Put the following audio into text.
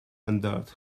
endured